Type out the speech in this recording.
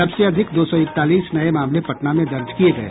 सबसे अधिक दो सौ इकतालीस नये मामले पटना में दर्ज किये गये